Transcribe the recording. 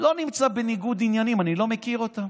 לא נמצא בניגוד עניינים, אני לא מכיר אותם.